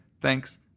thanks